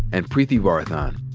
and preeti varathan.